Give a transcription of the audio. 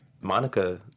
Monica